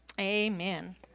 amen